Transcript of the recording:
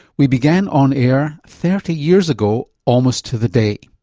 we began on air thirty years ago almost to the day.